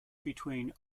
between